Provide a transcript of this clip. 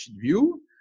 view